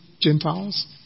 Gentiles